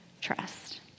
trust